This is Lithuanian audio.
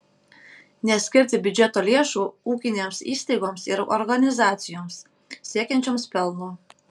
neskirti biudžeto lėšų ūkinėms įstaigoms ir organizacijoms siekiančioms pelno